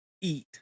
eat